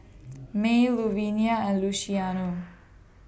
Mae Luvenia and Luciano